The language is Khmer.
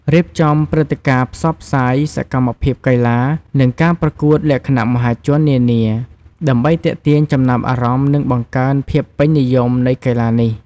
រៀបចំព្រឹត្តិការណ៍ផ្សព្វផ្សាយ សកម្មភាពកីឡា និងការប្រកួតលក្ខណៈមហាជននានា ដើម្បីទាក់ទាញចំណាប់អារម្មណ៍ និងបង្កើនភាពពេញនិយមនៃកីឡានេះ។